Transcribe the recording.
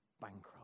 bankrupt